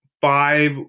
five